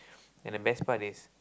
and the best part is